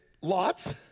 lots